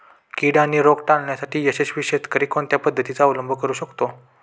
कीड आणि रोग टाळण्यासाठी यशस्वी शेतकरी कोणत्या पद्धतींचा अवलंब करू शकतो?